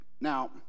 Now